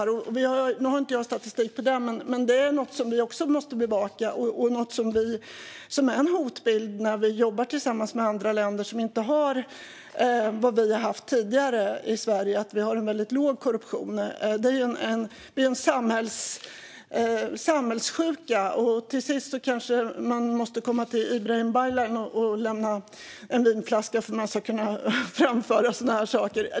Nu har jag ingen statistik, men detta är något som vi måste bevaka och som innebär en hotbild när vi jobbar med andra länder som inte har vad vi har haft tidigare i Sverige, nämligen väldigt låg korruption. Det är en samhällssjuka, och till sist kanske man måste komma till Ibrahim Baylan och lämna en vinflaska för att kunna framföra sådana saker.